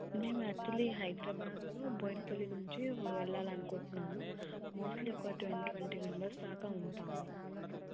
మేము యాక్చువల్లీ హైదరాబాద్లో బోయిన్పల్లి నుంచి వెళ్ళాలి అనుకుంటున్నాము మోస్ట్లీ ఒక టెన్ ట్వంటీ మెంబర్స్ దాకా ఉంటాము